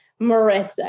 Marissa